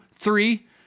Three